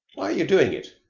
you doing it?